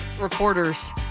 reporters